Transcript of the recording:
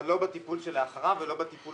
אבל לא בטיפול שלאחריו ולא בטיפול